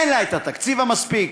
אין לה התקציב המספיק,